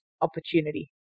opportunity